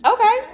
Okay